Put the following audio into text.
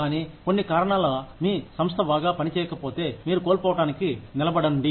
కానీ కొన్ని కారణాల మీ సంస్థ బాగా పని చేయకపోతే మీరు కోల్పోవటానికి నిలబడండి